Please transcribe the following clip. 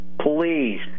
Please